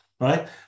right